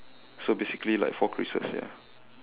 so basically like four creases ya